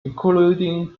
including